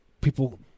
people